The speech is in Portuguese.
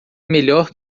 melhor